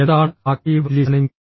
എന്താണ് active listening